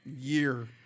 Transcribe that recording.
Year